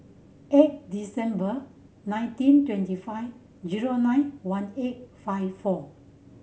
eight December nineteen twenty five zero nine one eight five four